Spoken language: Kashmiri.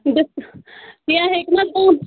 کینہہ ہیٚکہِ نا کم